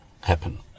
happen